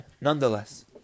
Nonetheless